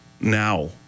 now